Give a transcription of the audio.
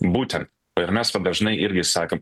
būtent ir mes dažnai irgi sakom